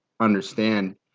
understand